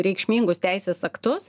reikšmingus teisės aktus